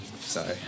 Sorry